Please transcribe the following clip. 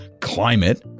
climate